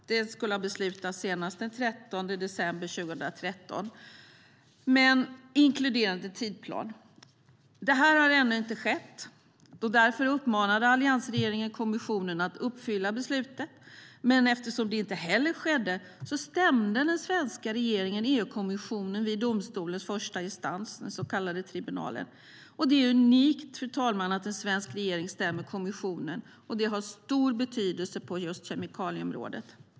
Den skulle ha beslutats senast den 13 december 2013 inklusive en tidsplan. Det har ännu inte skett. Därför uppmanade alliansregeringen kommissionen att uppfylla beslutet. Eftersom det inte skedde stämde svenska regeringen EU-kommissionen vid domstolens första instans, den så kallade tribunalen. Det är, fru talman, unikt att en svensk regering stämmer kommissionen, och det har stor betydelse på just kemikalieområdet.